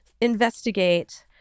investigate